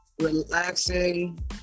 relaxing